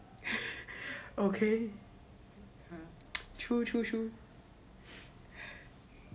okay true true